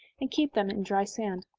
and keep them in dry sand.